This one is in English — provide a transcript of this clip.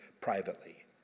privately